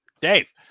Dave